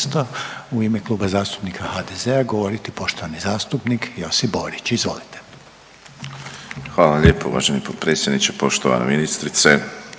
u ime Kluba zastupnika HDZ-a govoriti poštovani zastupnik Josip Borić, izvolite. **Borić, Josip (HDZ)** Hvala vam lijepo uvaženi potpredsjedniče. Poštovana ministrice,